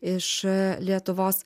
iš lietuvos